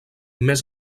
més